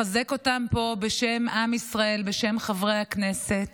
לחזק אותם פה בשם עם ישראל, בשם חברי הכנסת,